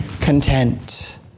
content